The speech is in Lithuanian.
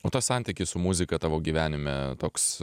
o tas santykis su muzika tavo gyvenime toks